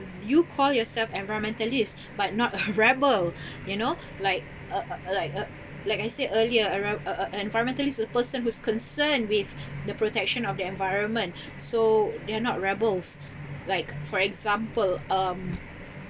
you call yourself environmentalist but not a rebel you know like a a a like a like I said earlier enviro~ a a environmentalist is a person who's concerned with the protection of the environment so they're not rebels like for example um